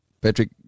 Patrick